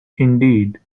indeed